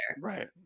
Right